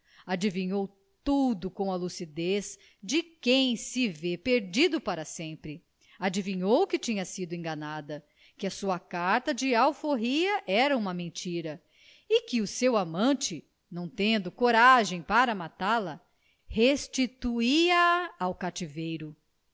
adivinhou tudo com a lucidez de quem se vê perdido para sempre adivinhou que tinha sido enganada que a sua carta de alforria era uma mentira e que o seu amante não tendo coragem para matá-la restituía a ao cativeiro